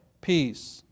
peace